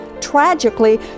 Tragically